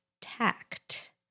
tact